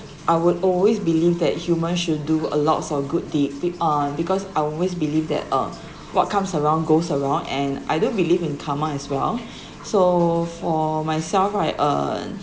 I would always believe that human should do a lots of good deed be uh because I always believe that uh what comes around goes around and I do believe in karma as well so for myself right um